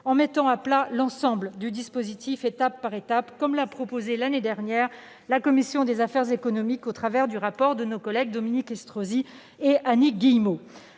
mettre à plat l'ensemble du dispositif, étape par étape, comme l'a proposé l'année dernière la commission des affaires économiques dans le rapport de nos collègues Dominique Estrosi Sassone et Annie Guillemot.